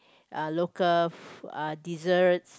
uh local uh desserts